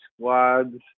squads